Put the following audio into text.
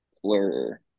Plur